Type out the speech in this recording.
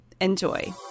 Enjoy